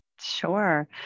Sure